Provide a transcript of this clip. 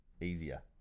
easier